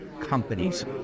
companies